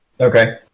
Okay